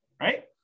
right